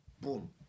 Boom